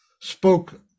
spoke